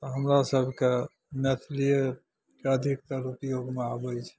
आ हमरा सबके मैथिलीयेके अधिकतर ऊपयोगमे आबै छै